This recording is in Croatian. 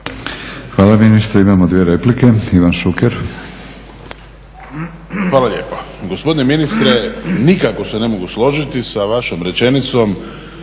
Hvala ministre. Imamo dvije replike. Ivan Šuker. **Šuker, Ivan (HDZ)** Hvala lijepa. Gospodine ministre nikako se ne mogu složiti sa vašom rečenicom